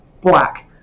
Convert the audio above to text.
black